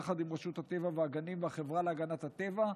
יחד עם רשות הטבע והגנים והחברה להגנת הטבע,